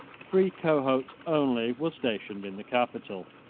three cohorts only were stationed in the capital,